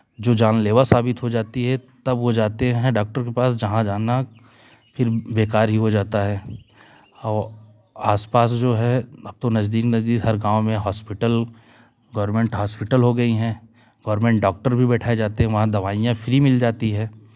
जो जानलेवा साबित हो जाती है तब वो जाते हैं डॉक्टर के पास जहाँ जाना फिर बेकार ही हो जाता है और आसपास जो है अब तो नजदीक नजदीक हर गाँव में हॉस्पिटल गवर्नमेंट हॉस्पिटल हो गई हैं गवर्नमेंट डॉक्टर भी बैठाए जाते हैं वहाँ दवाइयाँ फ्री मिल जाती हैं